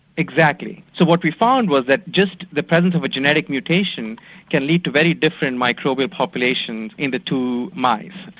exactly. so what we found was that just the presence of a genetic mutation can lead to very different microbial populations in the two mice.